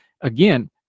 Again